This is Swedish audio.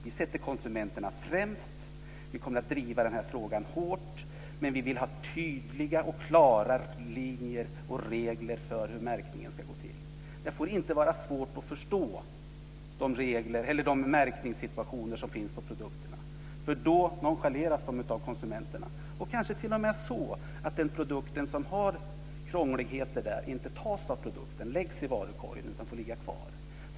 Vi sätter konsumenterna främst. Vi kommer att driva frågan hårt. Men vi vill ha tydliga och klara linjer och regler för hur märkningen ska gå till. Det får inte vara svårt att förstå den märkning som finns på produkterna. Då nonchaleras de av konsumenterna, kanske t.o.m. så att den produkt som har krångligheter inte läggs i varukorgen utan får ligga kvar.